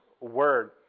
word